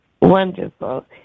Wonderful